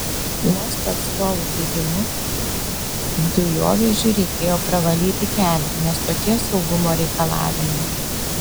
uosto atstovų teigimu dujovežiui reikėjo pravalyti kelią nes tokie saugumo reikalavimai